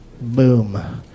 Boom